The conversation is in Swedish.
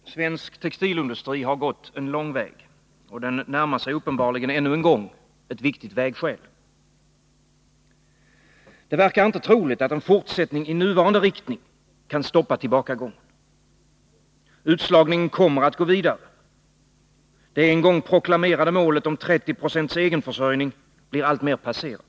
Herr talman! Svensk textilindustri har gått en lång väg, och den närmar sig uppenbarligen ännu en gång ett viktigt vägskäl. Det verkar inte troligt att en fortsättning i nuvarande riktning kan stoppa tillbakagången. Utslagningen kommer att gå vidare. Det en gång proklamerade målet om 30 26 egenförsörjning blir alltmer passerat.